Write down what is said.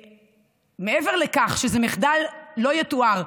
מעבר לכך שזה מחדל לא יתואר,